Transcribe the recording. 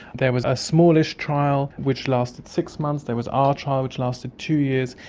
there was a smallish trial which lasted six months, there was our trial which lasted two years,